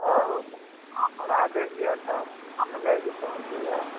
ହଉ ଆପଣ ଆଡ୍ରେସ୍ ଦିଅନ୍ତୁ ଆମେ ଯାଇକି ପହଞ୍ଚିବୁ ଆଉ